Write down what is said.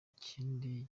kindi